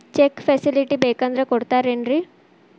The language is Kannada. ಚೆಕ್ ಫೆಸಿಲಿಟಿ ಬೇಕಂದ್ರ ಕೊಡ್ತಾರೇನ್ರಿ?